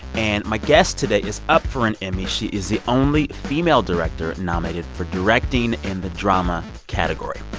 and my guest today is up for an emmy. she is the only female director nominated for directing in the drama category.